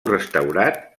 restaurat